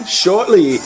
shortly